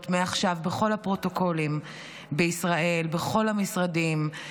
מעכשיו בכל הפרוטוקולים בישראל בכל המשרדים,